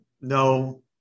no